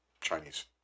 Chinese